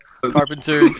carpenter